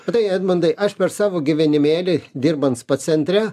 matai edmundai aš per savo gyvenimėlį dirbant spa centre